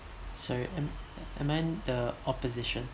sorry am am I the opposition